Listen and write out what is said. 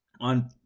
on